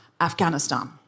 Afghanistan